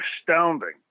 astounding